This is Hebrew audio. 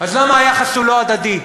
אז למה היחס הוא לא הדדי,